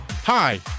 Hi